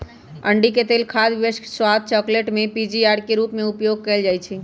अंडिके तेल खाद्य योजक, स्वाद, चकलेट में पीजीपीआर के रूप में उपयोग कएल जाइछइ